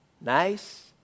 nice